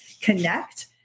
connect